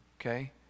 Okay